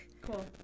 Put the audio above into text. Cool